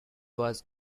was